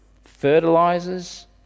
fertilizers